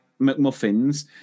McMuffins